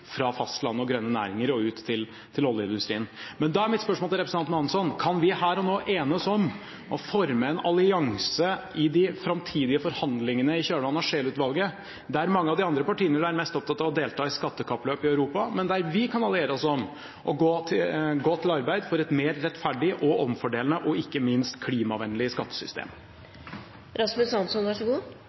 fra fastlandet og grønne næringer og ut til oljeindustrien. Mitt spørsmål til representanten Hansson er: Kan vi her og nå enes om å forme en allianse i de framtidige forhandlingene i kjølvannet av Scheel-utvalget, der mange av de andre partiene vil være mest opptatt av å delta i skattekappløp i Europa, men der vi kan alliere oss og arbeide for et mer rettferdig, omfordelende og ikke minst klimavennlig skattesystem?